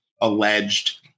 alleged